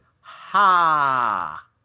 Ha